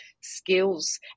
skills